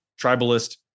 tribalist